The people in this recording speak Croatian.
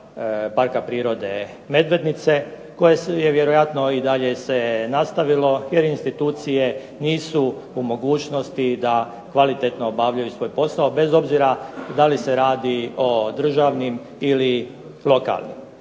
Parka prirode Medvednice, koje se vjerojatno nastavilo jer institucije nisu u mogućnosti da kvalitetno obavljaju svoj posao, bez obzira da li se radi o državnim ili lokalnim.